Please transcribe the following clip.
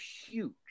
huge